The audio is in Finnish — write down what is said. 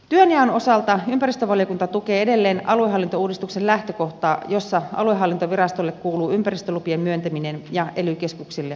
työnjaon osalta ympäristövaliokunta tukee edelleen aluehallintouudistuksen lähtökohtaa jossa aluehallintovirastolle kuuluu ympäristölupien myöntäminen ja ely keskukselle ympäristölupien valvonta